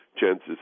chances